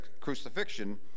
crucifixion